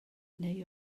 neu